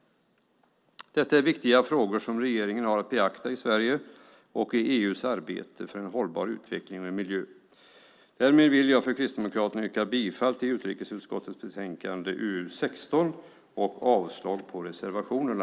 Detta är viktiga frågor som regeringen har att beakta i Sveriges och EU:s arbete för en hållbar utveckling och miljö. Därmed yrkar jag för Kristdemokraterna bifall till förslaget i utrikesutskottets betänkande 16 och avslag på reservationerna.